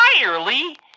Entirely